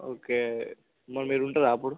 okay మళ్ళీ మీరు ఉంటారా అప్పుడు